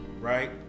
right